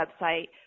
website